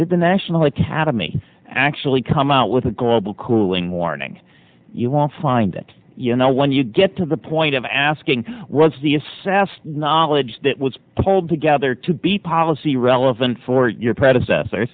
the national academy actually come out with a global cooling warning you won't find it you know when you get to the point of asking was the assassin knowledge that was pulled together to be policy relevant for your